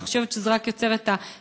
אני חושבת שזה רק יוצר שנאה,